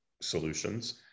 solutions